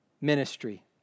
ministry